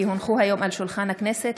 כי הונחו היום על שולחן הכנסת,